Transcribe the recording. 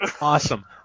awesome